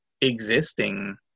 existing